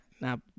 now